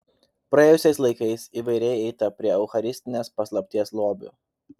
praėjusiais laikais įvairiai eita prie eucharistinės paslapties lobių